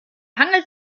hangelt